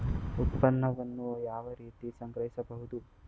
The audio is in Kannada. ಉತ್ಪನ್ನವನ್ನು ಯಾವ ರೀತಿ ಸಂಗ್ರಹಿಸಬಹುದು?